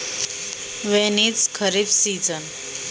खरीप हंगाम हा कधी असतो?